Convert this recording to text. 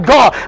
God